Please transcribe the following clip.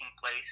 place